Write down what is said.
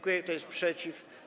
Kto jest przeciw?